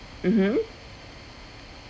mmhmm